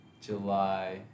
July